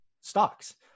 stocks